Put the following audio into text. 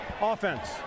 offense